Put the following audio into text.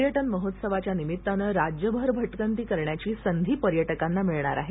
पर्यटन महोत्सवाच्या निमित्ताने राज्यभर भटकंती करण्याची संधी पर्यटकांना मिळणार आहे